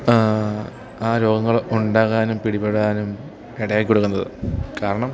ആ രോഗങ്ങൾ ഉണ്ടാകാനും പിടിപ്പെടാനും ഇടയാക്കി കൊടുക്കുന്നതു കാരണം